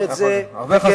הרבה חזרו בתשובה.